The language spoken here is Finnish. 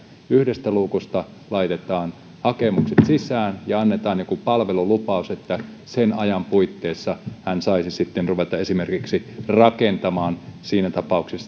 yhdestä luukusta laitetaan hakemukset sisään ja annetaan palvelulupaus että sen ajan puitteissa hän saisi sitten ruveta esimerkiksi rakentamaan siinä tapauksessa